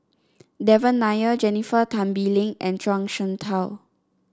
Devan Nair Jennifer Tan Bee Leng and Zhuang Shengtao